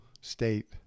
state